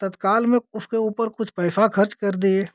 तत्काल में उसके ऊपर कुछ पैसा खर्च कर दिए